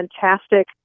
fantastic